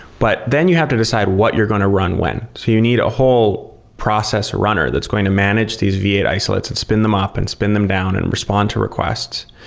but then you have to decide what you're going to run when. so you need a whole process runner that's going to manage these v eight isolates and spin them up and spin them down and respond to requests.